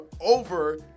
over